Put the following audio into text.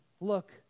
Look